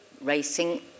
racing